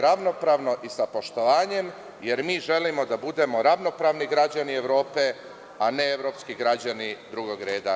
ravnopravno i sa poštovanjem, jer mi želimo da budemo ravnopravni građani Evrope, a ne evropski građani drugog reda.